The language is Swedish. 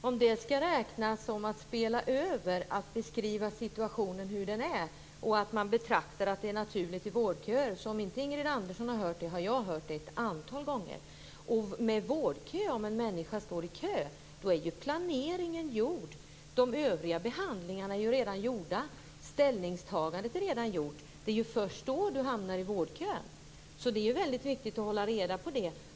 Fru talman! Skall det räknas som att spela över att beskriva situationen som den är, att man betraktar det som naturligt med vårdköer? Om inte Ingrid Andersson har hört det, har i alla fall jag hört det ett antal gånger. Om en människa står i kö är ju planeringen gjord. De övriga behandlingarna är redan gjorda. Ställningstagandet är redan gjort. Det är först då man hamnar i vårdkö. Det är viktigt att hålla reda på det.